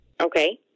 Okay